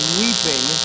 weeping